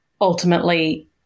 ultimately